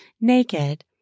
naked